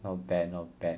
not bad not bad